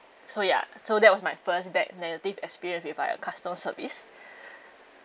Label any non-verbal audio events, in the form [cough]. so ya so that was my first bad negative experience with like a customer service [breath]